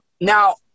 Now